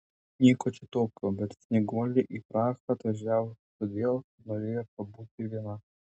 nieko čia tokio bet snieguolė į prahą atvažiavo tik todėl kad norėjo pabūti viena